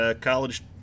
college